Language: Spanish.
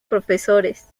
profesores